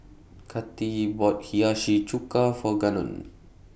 Cathi bought Hiyashi Chuka For Gannon